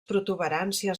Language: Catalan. protuberàncies